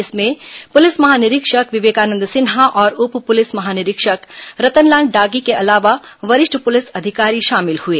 इसमें पुलिस महानिरीक्षक विवेकानन्द सिन्हा और उप पुलिस महानिरीक्षक रतनलाल डांगी के अलावा वरिष्ठ पुलिस अधिकारी शामिल हुए